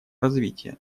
развития